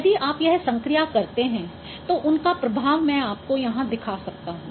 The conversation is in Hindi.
यदि आप यह संक्रिया करते हैं तो उनका प्रभाव मैं आपको यहाँ दिखा सकता हूँ